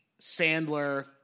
Sandler